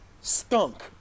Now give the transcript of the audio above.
stunk